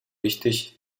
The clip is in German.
wichtig